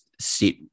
sit